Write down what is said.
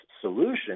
solution